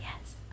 yes